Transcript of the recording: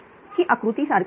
ही आकृती सारखीच आहे